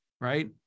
Right